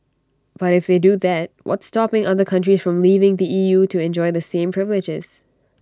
but if they do that what's stopping other countries from leaving the E U to enjoy the same privileges